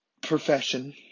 profession